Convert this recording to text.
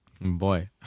Boy